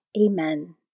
Amen